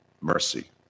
mercy